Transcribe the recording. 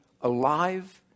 alive